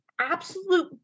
absolute